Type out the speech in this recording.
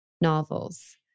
novels